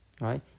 right